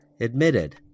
admitted